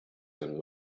and